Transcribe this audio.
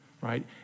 right